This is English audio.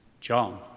John